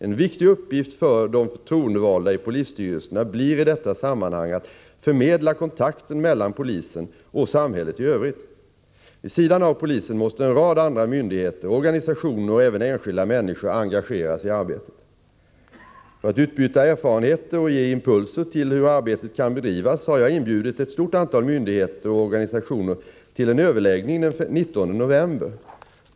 En viktig uppgift för de förtroendevalda i polisstyrelserna blir i detta sammanhang att förmedla kontakten mellan polisen och samhället i övrigt. Vid sidan av polisen måste en rad andra myndigheter, organisationer och även enskilda människor engageras i arbetet. För att utbyta erfarenheter och ge impulser till hur arbetet kan bedrivas har jag inbjudit ett stort antal myndigheter och organisationer till en överläggning den 19 november.